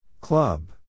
Club